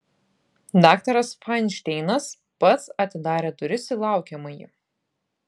daktaras fainšteinas pats atidarė duris į laukiamąjį